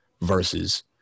versus